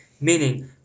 meaning